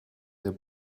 der